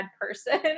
person